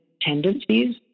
tendencies